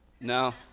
No